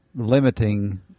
limiting